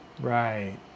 Right